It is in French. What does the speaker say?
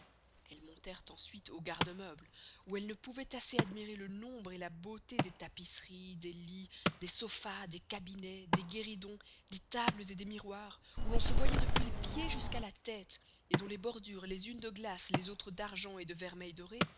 elles monterent ensuite aux gardemeubles où elles ne pouvoient assez admirer le nombre et la beauté des tapisseries des lits des sophas des cabinets des gueridons des tables et des miroirs où l'on se voyoit depuis les pieds jusqu'à la teste et dont les bordures les unes de glace les autres d'argent et de vermeil doré